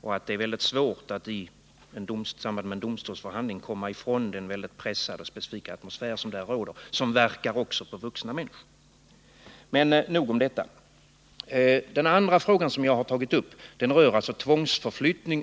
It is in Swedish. och att det är mycket svårt att i samband med en domstolsförhandling komma ifrån den pressade och specifika atmosfär som där råder — som inverkar också på vuxna människor. Nog om detta. Den andra fråga som jag har tagit upp rör tvångsförflyttning av barn som har tilldömts ena föräldern.